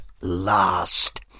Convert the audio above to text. last